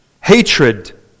hatred